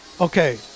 okay